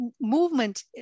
movement